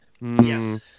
Yes